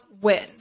win